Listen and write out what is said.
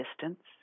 distance